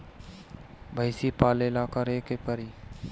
भइसी पालेला का करे के पारी?